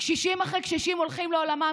קשישים אחרי קשישים הולכים לעולמם,